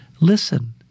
Listen